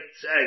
say